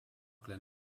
glen